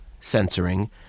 censoring